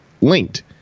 linked